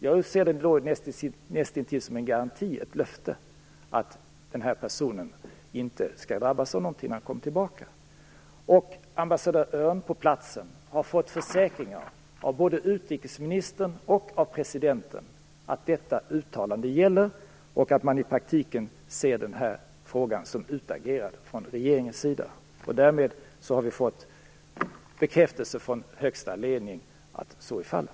Jag vill se det som näst intill en garanti, ett löfte, att den här personen inte skall drabbas av någonting när han kommer tillbaka. Ambassadören på platsen har fått försäkringar av både utrikesministern och presidenten att detta uttalande gäller och att man i praktiken ser den här frågan som utagerad från regeringens sida. Därmed har vi fått bekräftelse från högsta ledningen på att så är fallet.